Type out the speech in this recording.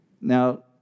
Now